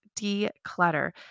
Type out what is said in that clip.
declutter